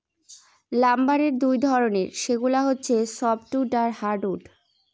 লাম্বারের দুই ধরনের, সেগুলা হচ্ছে সফ্টউড আর হার্ডউড